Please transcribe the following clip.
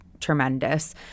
tremendous